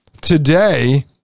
today